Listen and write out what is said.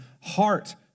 heart